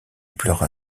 pleura